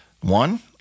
One